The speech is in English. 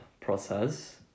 process